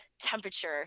temperature